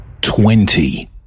Twenty